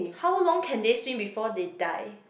how long can they swim before they die